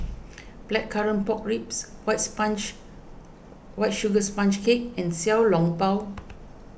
Blackcurrant Pork Ribs white sponge White Sugar Sponge Cake and Xiao Long Bao